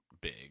big